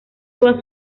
toda